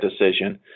decision